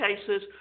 cases